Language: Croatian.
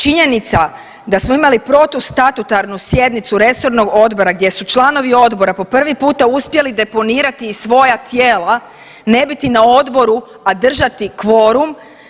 Činjenica da smo imali protustatutarnu sjednicu resornog odbora gdje su članovi odbora po prvi puta uspjeli deponirati i svoja tijela, ne biti na odboru a držati kvorum.